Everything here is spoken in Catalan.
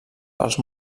pels